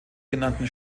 genannten